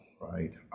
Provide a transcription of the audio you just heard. right